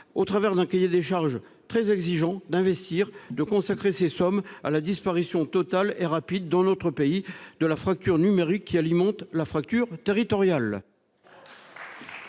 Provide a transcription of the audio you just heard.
au travers d'un cahier des charges très exigeant, d'investir et de consacrer ces sommes à la disparition rapide et totale dans notre pays de la fracture numérique, qui alimente la fracture territoriale